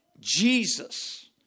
Jesus